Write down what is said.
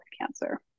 cancer